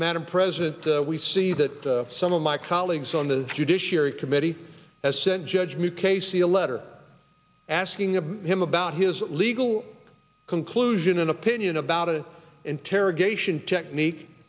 madam president we see that some of my colleagues on the judiciary committee has sent judgment casey a letter asking the him about his legal conclusion an opinion about an interrogation technique